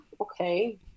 okay